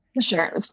Sure